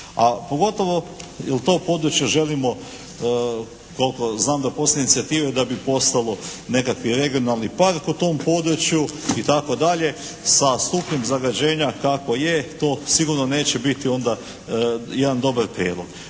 a pogotovo u to područje želimo, koliko znam da postoje inicijative da bi postao nekakvi regionalni park na tom području itd. sa stupnjem zagađenja kako je to sigurno neće biti onda jedan dobar prijedlog.